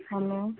hello